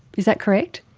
is that correct?